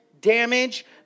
damage